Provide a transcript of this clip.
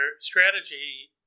strategy